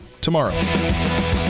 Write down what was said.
tomorrow